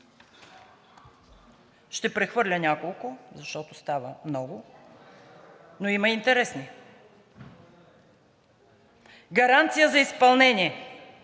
Ще прехвърля няколко, защото става много, но има интересни. Гаранция за изпълнение.